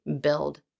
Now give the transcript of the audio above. build